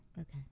Okay